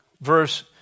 verse